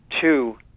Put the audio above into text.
two